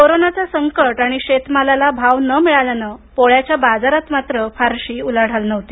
कोरोनाचं संकट आणि शेतमालाला भाव न मिळाल्यानं पोळ्याच्या बाजारात मात्र फारशी उलाढाल नव्हती